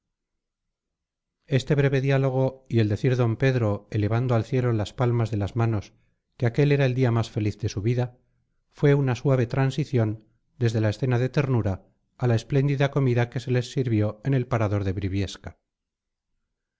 este breve diálogo y el decir d pedro elevando al cielo las palmas de las manos que aquel era el día más feliz de su vida fue una suave transición desde la escena de ternura a la espléndida comida que se les sirvió en el parador de briviesca